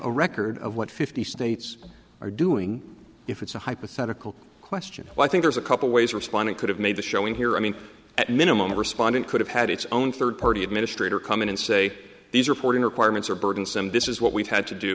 a record of what fifty states are doing if it's a hypothetical question i think there's a couple ways responding could have made the showing here i mean at minimum a respondent could have had its own third party administrator come in and say these reporting requirements are burdensome this is what we've had to do